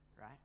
right